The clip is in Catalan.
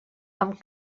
amb